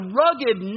rugged